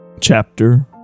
Chapter